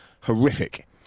horrific